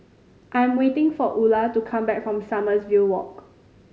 I am waiting for Ula to come back from Sommerville Walk